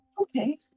Okay